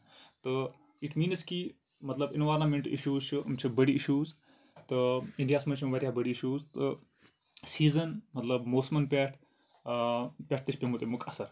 تہٕ it means کہِ مطلب اٮ۪نوارامینٹ اِشوٗز چھِ یم چھِ بٔڑۍ اِشوٗز تہٕ اِنڈیاہَس منٛز چھِ یِم واریاہ بٔڑۍ اِشوٗز تہٕ سیٖزَن مطلب موسمَن پٮ۪ٹھ پٮ۪ٹھ پٮ۪ٹھ تہِ چھُ پیومُت اَمیُک اَثر